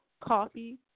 coffee